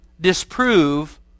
disprove